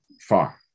far